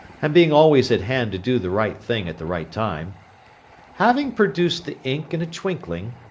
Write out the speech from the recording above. and being always at hand to do the right thing at the right time having produced the ink in a twinkling,